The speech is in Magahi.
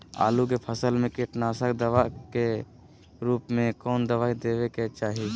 आलू के फसल में कीटनाशक दवा के रूप में कौन दवाई देवे के चाहि?